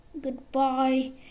goodbye